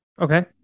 Okay